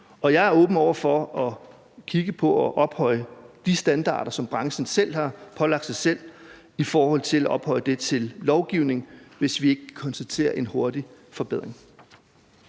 Jeg er åben over for at kigge på at ophøje de standarder, som branchen har pålagt sig selv, til lovgivning, hvis vi ikke kan konstatere en hurtig forbedring.